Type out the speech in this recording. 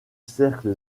cercle